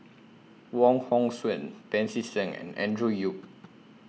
Wong Hong Suen Pancy Seng and Andrew Yip